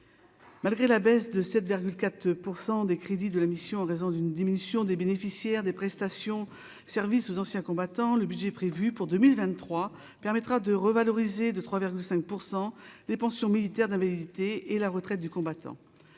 malgré la baisse de 7,4 % des crédits de la mission en raison d'une diminution des bénéficiaires des prestations service aux anciens combattants, le budget prévu pour 2023 permettra de revaloriser de 3,5 pour 100 des pensions militaires d'invalidité et la retraite du combattant